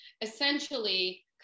essentially